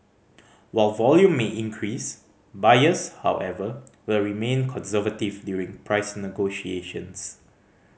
while volume may increase buyers however will remain conservative during price negotiations